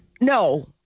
No